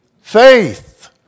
faith